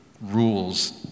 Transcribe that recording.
rules